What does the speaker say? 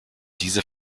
diese